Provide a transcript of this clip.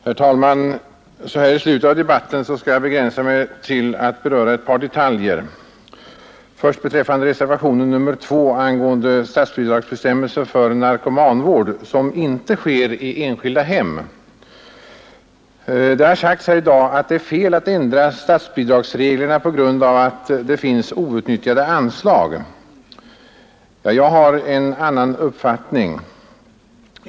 Herr talman! Så här i slutet av debatten skall jag begränsa mig till ett par detaljfrågor. Reservationen 2 i socialutskottets betänkande nr 21 avser statsbidragsbestämmelserna för narkomanvård som ej sker i enskilda hem. Det har sagts i dag att det vore fel att ändra statsbidragsreglerna på grund av att det finns outnyttjade anslag. Jag har en annan uppfattning.